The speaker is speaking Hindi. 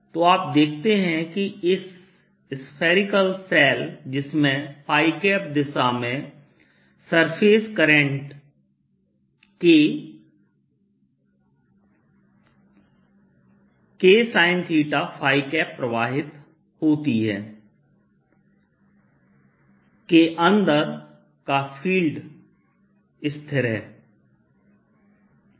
तो आप देखते हैं इस स्फेरिकल शेल जिसमें दिशा में सरफेस करंट K Ksin θ प्रवाहित होती है Br0KR331r32cosθrsinθr≥R 20KR3zr≤R के अंदर का फील्ड स्थिर है